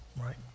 right